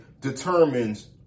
determines